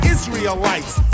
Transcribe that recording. Israelites